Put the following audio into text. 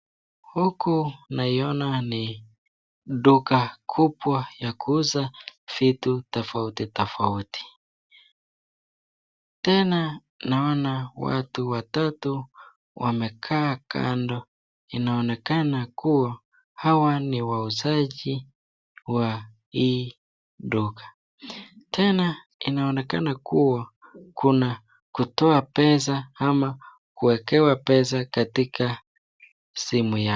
Huku naiona ni duka kubwa ya kuuza vitu tofautitofauti, tena naona watu watatu wamekaa kando, inaonekana kuwa hawa ni wauzaji wa hii duka, tena inaonekana kuwa kuna kutoa pesa ama kuna kuwekewa pesa katika simu yako.